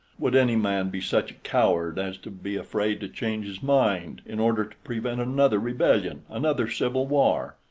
would any man be such a coward as to be afraid to change his mind in order to prevent another rebellion, another civil war?